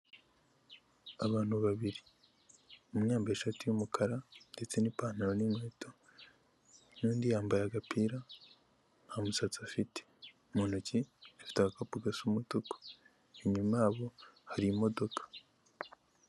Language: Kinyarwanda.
Abantu babiri, umwe yambaye ishati y'umukara ndetse n'ipantaro n'inkweto n'undi yambaye agapira, nta musatsi afite, mu ntoki afite agakapu gasa umutuku, inyuma yabo hari imodoka.